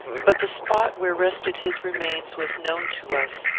but the spot where rested his remains was known to us.